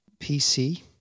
PC